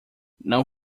não